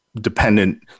dependent